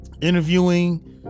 Interviewing